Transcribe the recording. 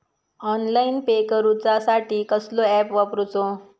Online pay करूचा साठी कसलो ऍप वापरूचो?